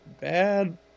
Bad